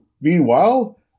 Meanwhile